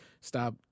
Stop